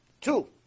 two